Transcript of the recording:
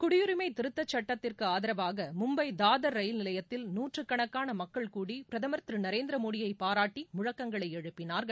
குடியுரிமை திருத்தச் சட்டத்திற்கு ஆதரவாக மும்பை தாதர் ரயில் நிலையத்தில் நூற்றுக்கணக்கான மக்கள் கூடி பிரதமர்திரு நரேந்திர மோடியை பாராட்டி முழக்கங்களை எழுப்பினார்கள்